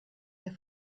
der